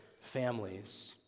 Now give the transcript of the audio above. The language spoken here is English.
families